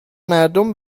مردم